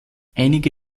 einige